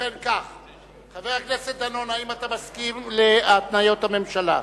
חבר הכנסת דנון, האם אתה מסכים להתניות הממשלה?